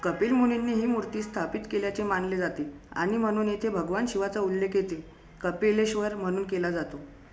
कपिल मुनींनी ही मूर्ती स्थापित केल्याचे मानले जाते आणि म्हणून येथे भगवान शिवाचा उल्लेख येथे कपिलेश्वर म्हणून केला जातो